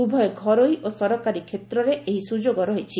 ଉଭୟ ଘରୋଇ ଓ ସରକାରୀ କ୍ଷେତ୍ରରେ ଏହି ସୁଯୋଗ ରହିଛି